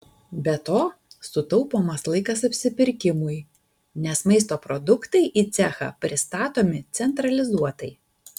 be to sutaupomas laikas apsipirkimui nes maisto produktai į cechą pristatomi centralizuotai